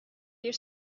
bir